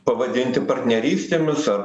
pavadinti partnerystėmis ar